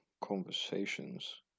conversations